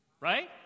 Right